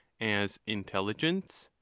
as intelligence,